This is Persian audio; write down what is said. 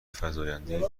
فزایندهای